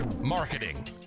Marketing